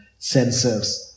sensors